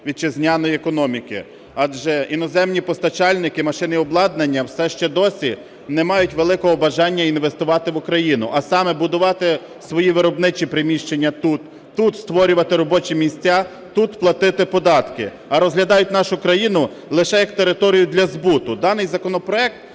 вітчизняної економіки, адже іноземні постачальники машин і обладнання все ще досі не мають великого бажання інвестувати в Україну, а саме: будувати свої виробничі приміщення тут, тут створювати робочі місця, тут платити податки, - а розглядають нашу країну лише як територію для збуту. Даний законопроект,